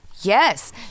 Yes